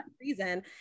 reason